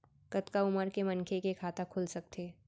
कतका उमर के मनखे के खाता खुल सकथे?